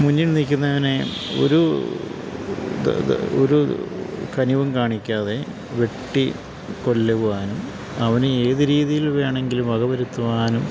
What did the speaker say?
മുന്നിൽ നിൽക്കുന്നവനെ ഒരു ത് ത് ഒരു കനിവും കാണിക്കാതെ വെട്ടിക്കൊല്ലുവാനും അവനെയേത് രീതിയിൽ വേണമെങ്കിലും വകവരുത്തുവാനും